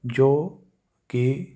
ਜੋ ਕਿ